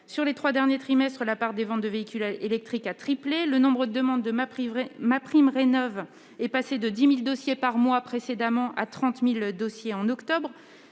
Sur les trois derniers trimestres, la part des ventes de véhicules électriques a triplé ; le nombre de demandes de MaPrimeRénov'est passé de 10 000 dossiers par mois à 30 000 en octobre